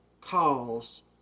calls